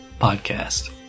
podcast